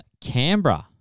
Canberra